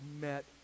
met